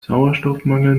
sauerstoffmangel